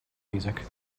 music